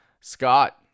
Scott